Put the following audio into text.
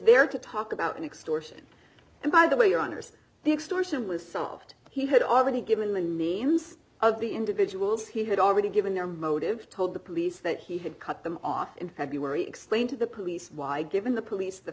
there to talk about an extortion and by the way your honour's the extortion was solved he had already given the names of the individuals he had already given their motive told the police that he had cut them off in february explain to the police why given the police the